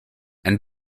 and